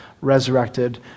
resurrected